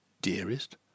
Dearest